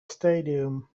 stadium